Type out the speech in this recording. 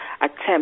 attempt